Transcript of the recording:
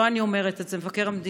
לא אני אומרת את זה, מבקר המדינה.